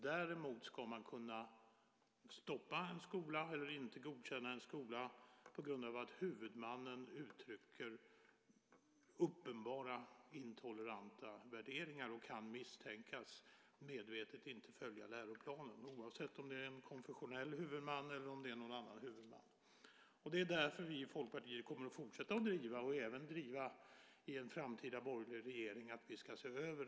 Däremot ska man kunna stoppa en skola eller inte godkänna en skola om huvudmannen uttrycker uppenbara intoleranta värderingar och kan misstänkas medvetet inte följa läroplanen, oavsett om det är en konfessionell huvudman eller om det är någon annan huvudman. Det är därför som vi i Folkpartiet kommer att fortsätta driva, även i en framtida borgerlig regering, att regelverket ska ses över.